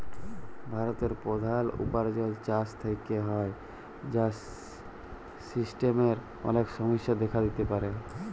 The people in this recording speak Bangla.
ভারতের প্রধাল উপার্জন চাষ থেক্যে হ্যয়, যার সিস্টেমের অলেক সমস্যা দেখা দিতে পারে